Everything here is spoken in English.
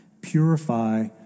purify